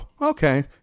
okay